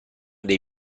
dei